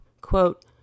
Quote